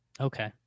Okay